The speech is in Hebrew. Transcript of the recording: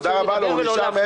תודה רבה לו --- שי.